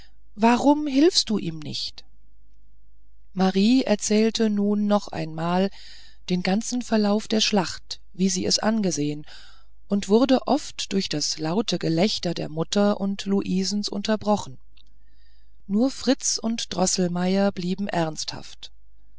warum hilfst du ihm nicht marie erzählte nun nochmals den ganzen verlauf der schlacht wie sie es angesehen und wurde oft durch das laute gelächter der mutter und luisens unterbrochen nur fritz und droßelmeier blieben ernsthaft